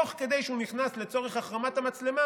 תוך כדי שהוא נכנס לצורך החרמת המצלמה,